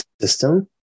system